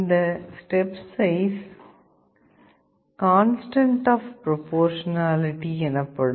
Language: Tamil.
இந்த step size constant of proportionality எனப்படும்